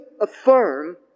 affirm